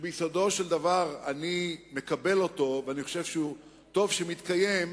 שביסודו של דבר אני מקבל אותו ואני חושב שטוב שהוא מתקיים,